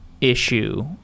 issue